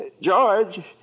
George